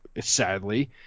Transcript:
sadly